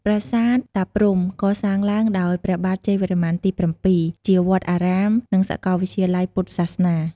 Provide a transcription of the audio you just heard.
ប្រាសាទតាព្រហ្ម កសាងឡើងដោយព្រះបាទជ័យវរ្ម័នទី ៧ ជាវត្តអារាម និងសកលវិទ្យាល័យពុទ្ធសាសនា។